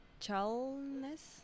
childness